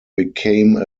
became